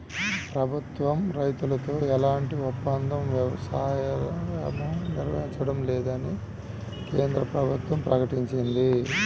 ప్రభుత్వం రైతులతో ఎలాంటి ఒప్పంద వ్యవసాయమూ నిర్వహించడం లేదని కేంద్ర ప్రభుత్వం ప్రకటించింది